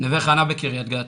נווה חנה בקריית גת.